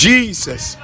Jesus